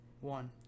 One